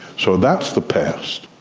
so that's the past.